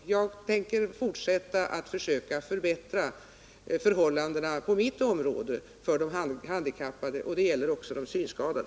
Jag tänker fortsätta att försöka förbättra förhållandena på mitt område för de handikappade, och det gäller också synskadade.